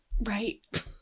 Right